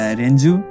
Renju